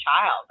child